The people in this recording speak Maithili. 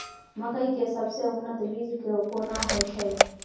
मकई के सबसे उन्नत बीज केना होयत छै?